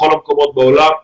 בכל המקומות בעולם.